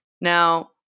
Now